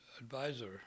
advisor